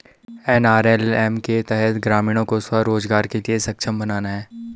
NRLM के तहत ग्रामीणों को स्व रोजगार के लिए सक्षम बनाना है